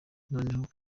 noneho